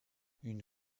une